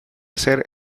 ser